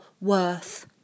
worth